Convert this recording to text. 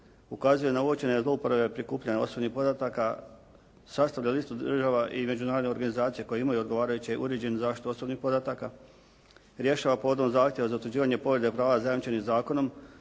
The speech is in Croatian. ukazuje na uočene zlouporabe prikupljanja osobnih podataka, sastavlja listu država i međunarodnih organizacija koje imaju odgovarajuće uređenu zaštitu osobnih podataka, rješava … /Govornik se ne razumije./ … Zakona za utvrđivanje povrede prava zajamčenih zakonom,